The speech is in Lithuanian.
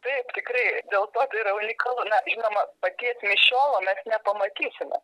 taip tikrai dėl to tai yra unikalu na žinoma paties mišiolo mes nepamatysime